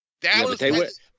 Dallas